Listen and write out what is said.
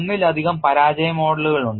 ഒന്നിലധികം പരാജയ മോഡുകൾ ഉണ്ട്